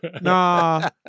nah